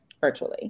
virtually